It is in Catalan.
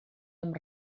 amb